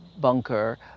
Bunker